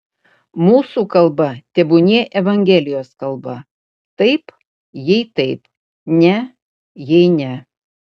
mūsų kalba tebūnie evangelijos kalba taip jei taip ne jei ne